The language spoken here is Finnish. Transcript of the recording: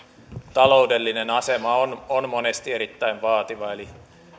taloudellinen asema on on monesti erittäin vaativa eli